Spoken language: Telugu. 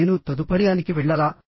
నేను తదుపరిదానికి వెళ్లాలా